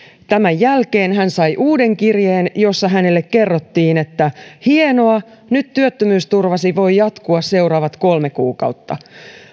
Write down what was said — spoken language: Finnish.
tämän jälkeen hän sai uuden kirjeen jossa hänelle kerrottiin että hienoa nyt työttömyysturvasi voi jatkua seuraavat kolme kuukautta